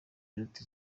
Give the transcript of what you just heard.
iruta